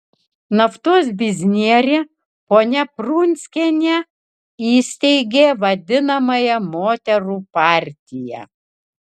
naftos biznierė ponia prunskienė įsteigė vadinamąją moterų partiją